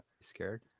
scared